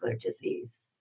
disease